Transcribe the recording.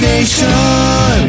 Nation